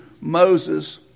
Moses